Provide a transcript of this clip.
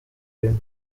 rimwe